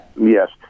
Yes